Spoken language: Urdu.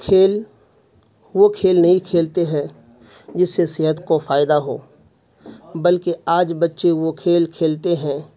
کھیل وہ کھیل نہیں کھیلتے ہیں جس سے صحت کو فائدہ ہو بلکہ آج بچے وہ کھیل کھیلتے ہیں